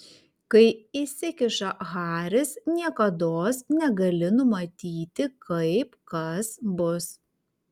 kai įsikiša haris niekados negali numatyti kaip kas bus